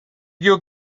you